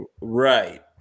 Right